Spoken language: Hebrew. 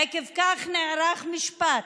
עקב כך נערך משפט,